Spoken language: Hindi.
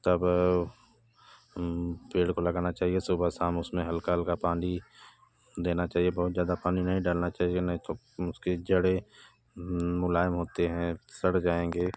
तब पेड़ काे लगाना चाहिए सुबह शाम उसमें हल्का हल्का पानी देना चाहिए बहुत ज़्यादा पानी नहीं डालना चाहिए नहीं तो उसकी जड़ें मुलायम होती हैं सड़ जाएंगे